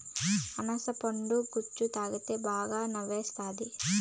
అనాస పండు జ్యుసు తాగితే బాగా సలవ సేస్తాది